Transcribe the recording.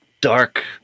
dark